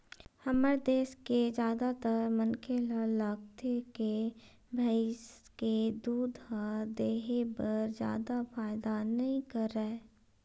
हमर देस के जादातर मनखे ल लागथे के भइस के दूद ह देहे बर जादा फायदा नइ करय